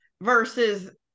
versus